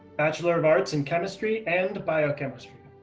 bachelor of arts in chemistry and biochemistry.